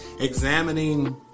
examining